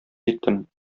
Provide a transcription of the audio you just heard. җиттем